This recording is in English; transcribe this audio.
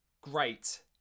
Great